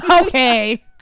Okay